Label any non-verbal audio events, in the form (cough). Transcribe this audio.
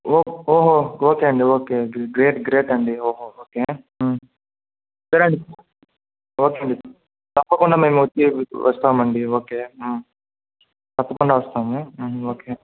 ఓ ఓహో ఓకే అండి okay okay great great అండి ఓహో ఓకే (unintelligible) ఓకే అండి తప్పకుండా మేము వస్తామండి ఓకే తప్పకుండా వస్తాము ఓకే